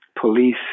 police